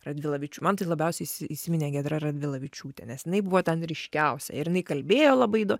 radvilavičiū man tai labiausiai įs įsiminė giedra radvilavičiūtė nes jinai buvo ten ryškiausia ir jinai kalbėjo labai įdo